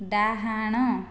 ଡ଼ାହାଣ